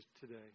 today